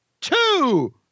two